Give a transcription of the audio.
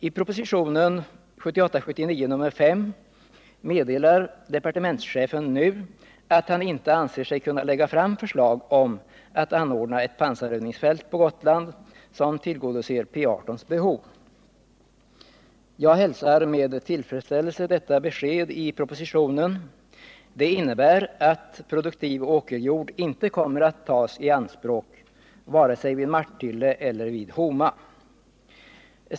I propositionen 1978/79:5 meddelar departementschefen nu att han inte anser sig kunna lägga fram förslag om att anordna ett pansarövningsfält på Gotland som tillgodoser P 18:s behov. Jag hälsar med tillfredsställelse beskedet i propositionen. Det innebär att produktiv åkerjord inte kommer att tas i anspråk vare sig vid Martille eller vid Homa.